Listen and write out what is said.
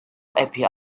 api